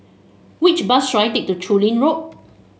which bus should I take to Chu Lin Road